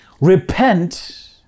Repent